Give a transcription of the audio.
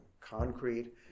concrete